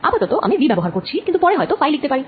আপাতত আমি v ব্যবহার করছি কিন্তু পরে হয়ত ফাই লিখতে পারি